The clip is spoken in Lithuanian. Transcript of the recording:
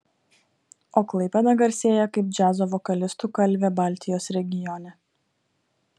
o klaipėda garsėja kaip džiazo vokalistų kalvė baltijos regione